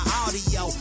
audio